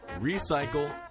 recycle